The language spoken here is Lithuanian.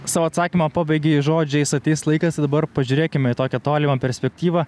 savo atsakymą pabaigei žodžiais ateis laikas tai dabar pažiūrėkime į tokią tolimą perspektyvą